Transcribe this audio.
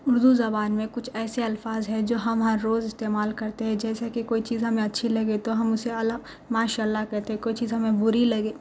اردو زبان میں کچھ ایسے الفاظ ہیں جو ہم ہر روز استعمال کرتے ہے جیسے کہ کوئی چیز ہمیں اچھی لگے تو ہم اسے اعلیٰ ماشاء اللہ کہتے کوئی چیز ہمیں بری لگے